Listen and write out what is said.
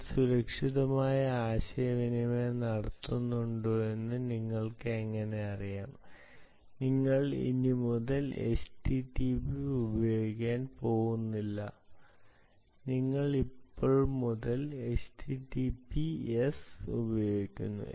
നിങ്ങൾ സുരക്ഷിതമായ ആശയവിനിമയം നടത്തുന്നുണ്ടോയെന്ന് നിങ്ങൾക്ക് എങ്ങനെ അറിയാം നിങ്ങൾ ഇപ്പോൾ മുതൽ https ഉപയോഗിക്കുന്നു